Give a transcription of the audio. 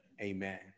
amen